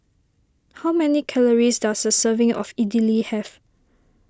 how many calories does a serving of Idili have